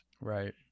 Right